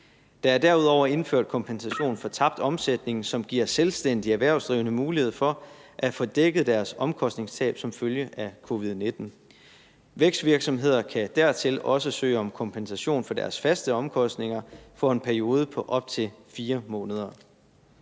Der er derudover indført kompensation for tabt omsætning, hvilket giver selvstændige erhvervsdrivende mulighed for at få dækket deres omkostningstab som følge covid-19. Vækstvirksomheder kan dertil også søge om kompensation for deres faste omkostninger for en periode på op til 4 måneder.